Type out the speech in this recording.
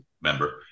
member